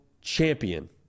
champion